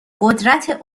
قدرت